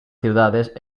ciudades